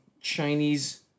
Chinese